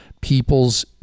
people's